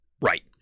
Right